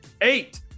Eight